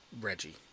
Reggie